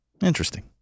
Interesting